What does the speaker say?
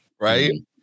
Right